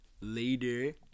Later